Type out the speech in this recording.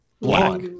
black